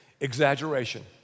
exaggeration